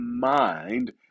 mind